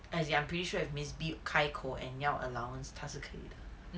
as like I'm pretty sure if miss B 开口 and 要 allowance 他是可以的